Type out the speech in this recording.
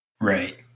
Right